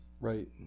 Right